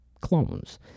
clones